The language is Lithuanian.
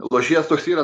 lošėjas toks yra